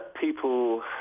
people